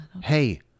Hey